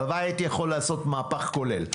הלוואי שהייתי יכול לעשות מהפך כולל.